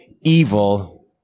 evil